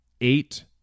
eight